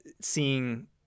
seeing